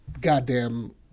Goddamn